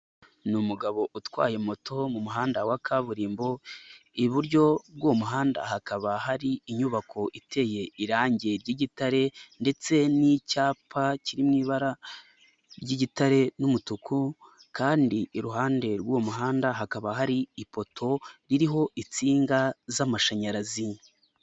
Ni umugabo utwaye moto mu muhanda wa kaburimbo, iburyo bw'uwo muhanda hakaba hari inyubako iteye irangi ry'igitare ndetse n'icyapa kiri mu ibara ry'igitare n'umutuku kandi iruhande rw'uwo muhanda hakaba hari ipoto ririho insinga z'amashanyarazi.